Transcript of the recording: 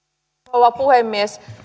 rouva puhemies